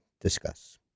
Discuss